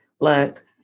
Look